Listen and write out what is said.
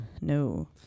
No